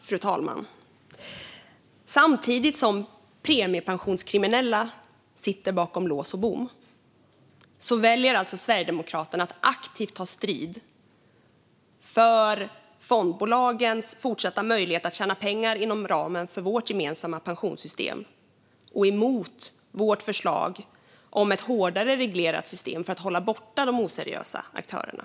Fru talman! Samtidigt som premiepensionskriminella sitter bakom lås och bom väljer alltså Sverigedemokraterna att aktivt ta strid för fondbolagens fortsatta möjligheter att tjäna pengar inom ramen för vårt gemensamma pensionssystem och gå emot vårt förslag om ett hårdare reglerat system för att hålla borta de oseriösa aktörerna.